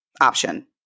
option